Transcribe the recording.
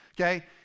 Okay